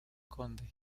conde